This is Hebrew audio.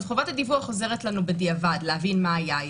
חובת הדיווח עוזרת לנו בדיעבד להבין מה היה.